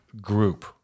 group